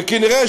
וכנראה,